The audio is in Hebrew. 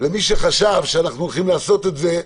למי שחשב שאנחנו הולכים לעשות את זה,